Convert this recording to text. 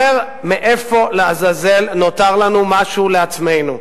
אומר: מאיפה לעזאזל נותר לנו משהו לעצמנו?